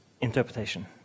interpretation